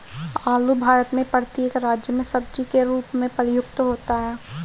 आलू भारत में प्रत्येक राज्य में सब्जी के रूप में प्रयुक्त होता है